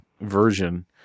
version